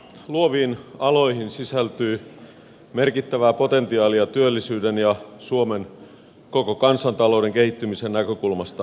luoviin aloihin sisältyy merkittävää potentiaalia työllisyyden ja suomen koko kansantalouden kehittymisen näkökulmasta